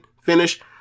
finish